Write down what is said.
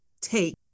take